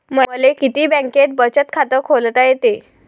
मले किती बँकेत बचत खात खोलता येते?